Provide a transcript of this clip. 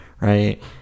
right